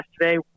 yesterday